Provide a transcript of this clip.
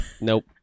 Nope